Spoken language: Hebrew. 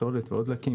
פסולת ועוד דלקים.